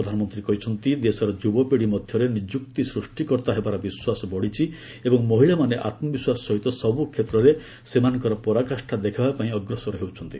ପ୍ରଧାନମନ୍ତ୍ରୀ କହିଛନ୍ତି ଦେଶର ଯୁବପିଢ଼ୀ ମଧ୍ୟରେ ନିଯୁକ୍ତି ସୃଷ୍ଟିକର୍ତ୍ତା ହେବାର ବିଶ୍ୱାସ ବଢ଼ିଛି ଏବଂ ମହିଳାମାନେ ଆତ୍ମବିଶ୍ୱାସ ସହିତ ସବୁ କ୍ଷେତ୍ରରେ ସେମାନଙ୍କର ପରାକାଷ୍ଠା ଦେଖାଇବା ପାଇଁ ଅଗ୍ରସର ହେଉଛନ୍ତି